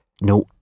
No